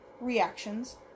reactions